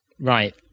Right